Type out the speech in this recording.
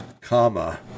comma